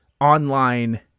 online